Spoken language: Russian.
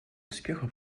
успеха